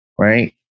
Right